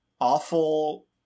awful